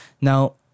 Now